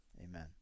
amen